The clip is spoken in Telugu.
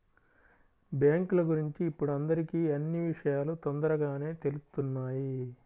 బ్యేంకుల గురించి ఇప్పుడు అందరికీ అన్నీ విషయాలూ తొందరగానే తెలుత్తున్నాయి